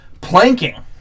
Planking